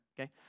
okay